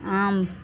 आम